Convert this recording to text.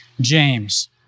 James